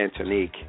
Antonique